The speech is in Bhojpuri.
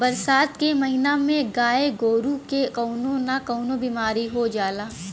बरसात के महिना में गाय गोरु के कउनो न कउनो बिमारी हो जाला